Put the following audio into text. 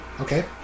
Okay